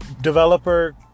developer